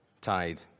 tied